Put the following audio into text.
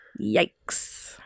Yikes